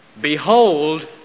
Behold